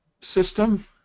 system